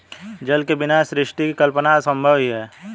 जल के बिना सृष्टि की कल्पना असम्भव ही है